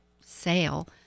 sale